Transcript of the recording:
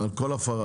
על כל הפרה?